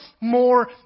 more